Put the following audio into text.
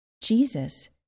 Jesus